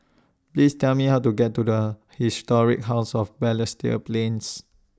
Please Tell Me How to get to The Historic House of Balestier A Plains